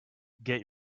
get